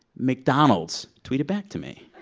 mcdonald's tweeted back to me.